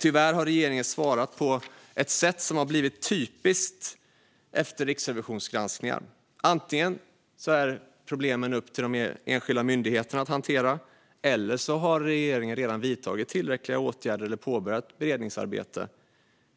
Tyvärr har regeringen svarat på ett sätt som har blivit typiskt efter Riksrevisionens granskningar. Antingen är problemen upp till de enskilda myndigheterna att hantera eller så har regeringen redan vidtagit tillräckliga åtgärder eller påbörjat beredningsarbete.